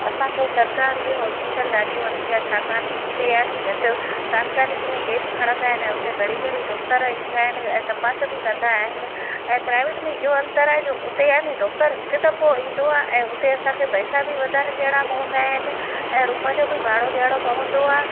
असांखे सरकारी हॉस्पिटल ॾाढी वणंदी आहे छाकाणि त उते आहे नि झटि तात्कालिक में केस खणंदा आहिनि ऐं हुते घड़ी घड़ी डॉक्टर ईंदा अहैनि ऐं तपास बि कंदा आहिनि ऐं प्राइवेट में इहो अंतर आहे जो हुते डॉक्टर हिकु दफ़ो ईंदो आहे ऐं हुते असांखे पैसा बि वधारे ॾियणा पवंदा आहिनि ऐं रूम जो बि भाड़ो ॾियणो पवंदो आ्हे